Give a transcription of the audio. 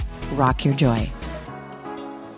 rockyourjoy